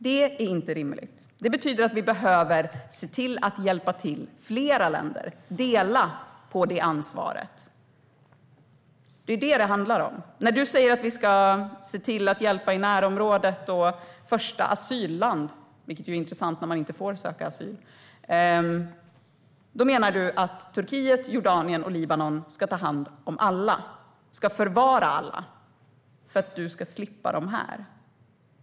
Det är inte rimligt. Det betyder att vi, flera länder, behöver se till att hjälpa till. Vi ska dela på det ansvaret. Det är detta det handlar om. När du säger att vi ska se till att hjälpa i närområdet och talar om första asylland - vilket är intressant när man inte får söka asyl - menar du att Turkiet, Jordanien och Libanon ska ta hand om alla? De ska förvara alla för att du ska slippa dem här.